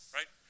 Right